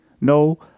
No